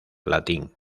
latín